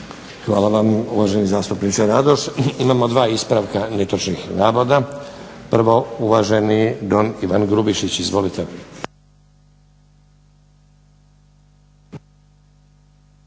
Hvala vam uvaženi zastupniče Radoš. Imamo dva ispravka netočnih navoda. Prvo, uvaženi don Ivan Grubišić. Izvolite.